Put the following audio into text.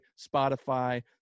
Spotify